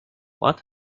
what